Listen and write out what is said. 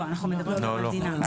לא, אנחנו מדברים על דינמי.